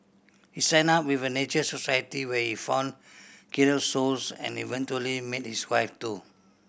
he signed up with the Nature Society where he found kindred souls and eventually met his wife too